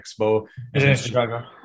expo